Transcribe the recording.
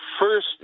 First